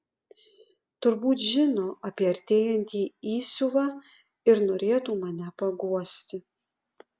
turbūt žino apie artėjantį įsiuvą ir norėtų mane paguosti